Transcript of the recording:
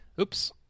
Oops